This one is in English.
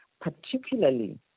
particularly